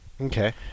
Okay